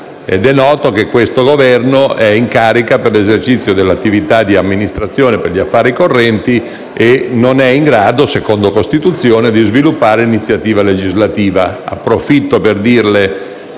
È noto che questo Governo è in carica per l'esercizio dell'attività di amministrazione degli affari correnti e non è in grado, secondo Costituzione, di sviluppare iniziativa legislativa. Signor Presidente,